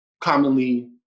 commonly